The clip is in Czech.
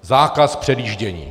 Zákaz předjíždění.